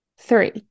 Three